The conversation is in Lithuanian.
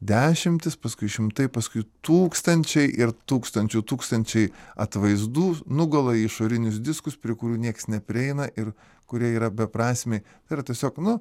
dešimtys paskui šimtai paskui tūkstančiai ir tūkstančių tūkstančiai atvaizdų nugula į išorinius diskus prie kurių nieks neprieina ir kurie yra beprasmiai yra tiesiog nu